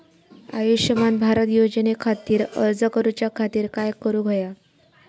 आयुष्यमान भारत योजने खातिर अर्ज करूच्या खातिर काय करुक होया?